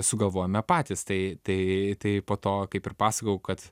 sugalvojome patys tai tai tai po to kaip ir pasakojau kad